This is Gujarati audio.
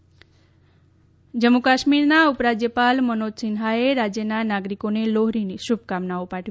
લોહરી બિહ્ જમ્મુ કાશ્મીરના ઉપરાજ્યપાલ મનોજ સિન્હાએ રાજ્યના નાગરિકોને લોહરીની શુભકામનાઓ પાઠવી છે